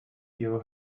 ihre